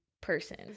person